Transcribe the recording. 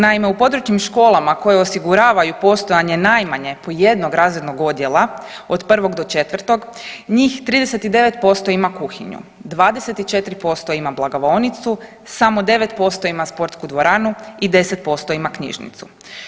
Naime, u područnim školama koje osiguravaju i postojanje najmanje po jednog razrednog odjela od 1. do 4. njih 39% ima kuhinju, 24% ima blagovaonicu, samo 9% ima sportsku dvoranu i 10% ima knjižnicu.